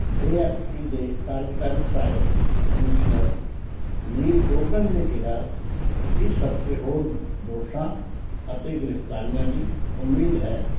ਏ F P ਦੇ ਕਾਰਜਕਾਰੀ ਸਹਾਇਕ ਕਮਿਸ਼ਨਰ ਨੀਲ ਗੌਘਨ ਨੇ ਕਿਹਾ ਕਿ ਇਸ ਹਫਤੇ ਹੋਰ ਦੋਸ਼ਾਂ ਅਤੇ ਗ੍ਰਿਫਤਾਰੀਆਂ ਦੀ ਉਮੀਦ ਹੈ